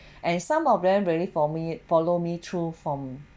and some of them really for me follow me through from